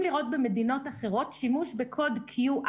לראות במדינות אחרות שימוש בקוד QR,